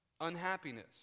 unhappiness